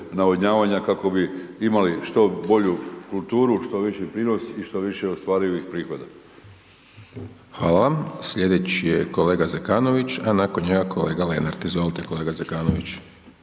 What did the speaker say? navodnjavanja kako bi imali što bolju kulturu, što veći prinos i što više ostvaruju prihoda. **Hajdaš Dončić, Siniša (SDP)** Hvala. Slijedeći je kolega Zekanović a nakon njega kolega Lenart. Izvolite kolega Zekanović.